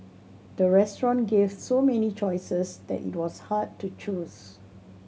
the restaurant gave so many choices that it was hard to choose